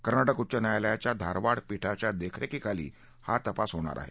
कर्नाटक उच्च न्यायालयाच्या धाखाड पीठाच्या देखरेखीखाली हा तपास होणार आहे